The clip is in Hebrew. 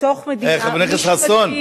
בתוך מדינה, חבר הכנסת חסון.